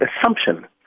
assumption